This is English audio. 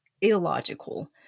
illogical